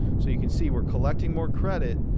so you can see we're collecting more credit,